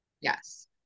yes